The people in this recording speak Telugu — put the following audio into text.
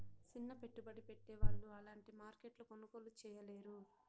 సిన్న పెట్టుబడి పెట్టే వాళ్ళు అలాంటి మార్కెట్లో కొనుగోలు చేయలేరు